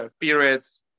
periods